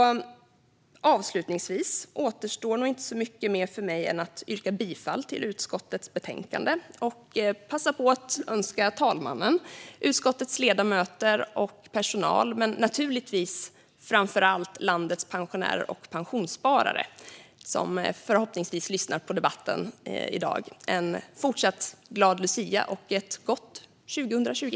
Avslutningsvis återstår inte mycket mer för mig än att yrka bifall till utskottets förslag i betänkandet. Jag passar på att önska talmannen, utskottets ledamöter och personal samt framför allt landets pensionärer och pensionssparare, som förhoppningsvis lyssnar på debatten i dag, en fortsatt glad lucia och ett gott 2020.